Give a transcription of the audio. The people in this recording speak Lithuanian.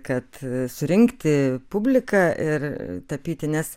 kad surinkti publiką ir tapyti nes